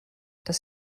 das